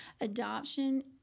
adoption